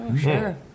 sure